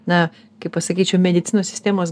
na kaip pasakyčiau medicinos sistemos